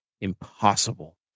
impossible